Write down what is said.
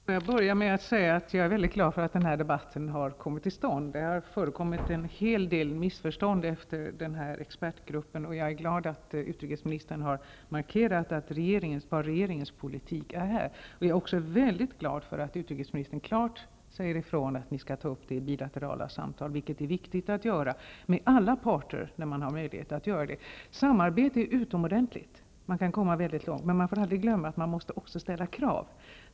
Fru talman! Jag vill till en början säga att jag är mycket glad över att denna debatt har kommit till stånd. Det har förekommit en hel del missförstånd när det gäller expertgruppen, och jag är glad över att utrikesministern har markerat vad som är en tjänstemannaprodukt och vad som är regeringens politik. Jag är också mycket glad över att utrikesministern klart säger ifrån att regeringen kommer att ta upp detta i bilaterala samtal, vilket är viktigt att göra med alla parter när möjligheten finns. Samarbete är utomordentligt bra, och man kan komma väldigt långt. Men man får aldrig glömma att man också måste ställa krav.